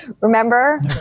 Remember